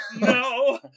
no